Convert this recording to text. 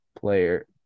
player